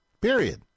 Period